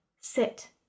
Sit